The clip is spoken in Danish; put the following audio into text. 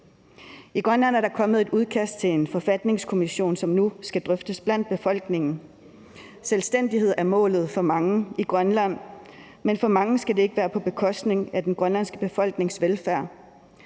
I Grønland er der kommet et udkast til en forfatning, som nu skal drøftes blandt befolkningen. Selvstændighed er målet for mange i Grønland, men for mange skal det ikke være på bekostning af den grønlandske befolknings velfærd.